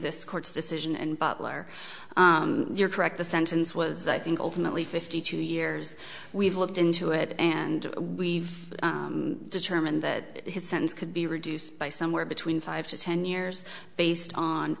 this court's decision and butler you're correct the sentence was i think ultimately fifty two years we've looked into it and we've determined that his sentence could be reduced by somewhere between five to ten years based on